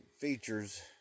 features